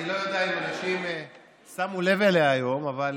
אני לא יודע אם אנשים שמו לב אליה היום, אבל